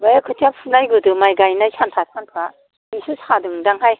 बै खोथिया फुनाय गोदो माइ गायनाय सानफा सानफा बेसो सादोंदां हाय